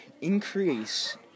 increase